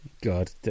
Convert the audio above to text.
God